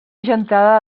gentada